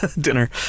dinner